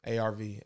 ARV